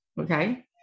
okay